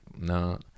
no